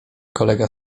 kolega